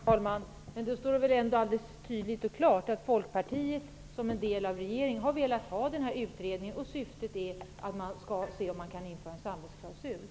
Herr talman! Det står väl ändå alldeles tydligt och klart att Folkpartiet, som är en del av regeringen, har velat ha den här utredningen och att syftet är att man skall se om det går att införa en samvetsklausul.